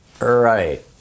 Right